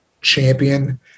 champion